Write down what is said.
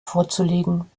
vorzulegen